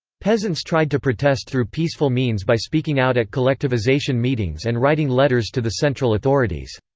peasants tried to protest through peaceful means by speaking out at collectivization meetings and writing letters to the central authorities.